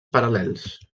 paral·lels